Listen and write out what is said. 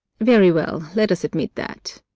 very well, let us admit that.